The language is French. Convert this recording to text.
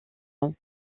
rond